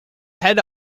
head